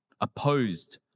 opposed